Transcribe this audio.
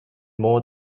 more